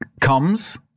comes